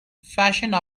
fashioned